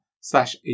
slash